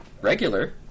regular